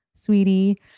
sweetie